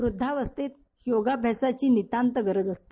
वृद्धावस्थेत योगाभ्यासाची नितांत गरज असते